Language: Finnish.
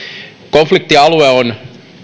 konfliktialue on